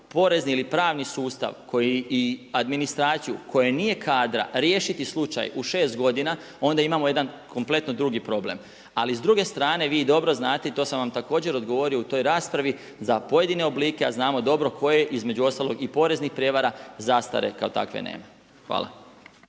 porezni ili pravni sustav koji i administraciju koja nije kadra riješiti slučaj u 6 godina onda imamo jedan kompletno drugi problem. Ali s druge strane vi dobro znate i to sam vam također odgovorio u toj raspravi za pojedine oblike, a znamo dobro koje između ostalog i poreznih prijevara zastare kao takve nema. Hvala.